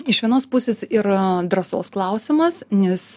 iš vienos pusės yra drąsos klausimas nes